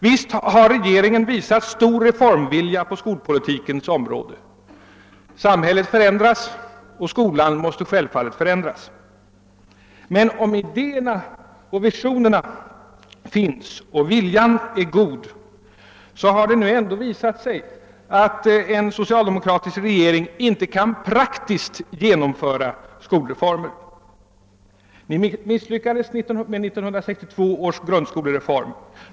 Visst har denna visat stor reformvilja på skolpolitikens område. Samhället förändras och skolan måste självfallet förändras. Men även om idéerna och visionerna finns och viljan är god, har det ändå visat sig att den socialdemokratiska regeringen inte kan praktiskt genomföra skolreformer. Ni misslyckades med 1962 års grundskolereform.